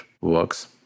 works